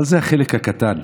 אבל זה החלק הקטן: